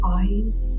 eyes